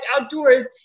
outdoors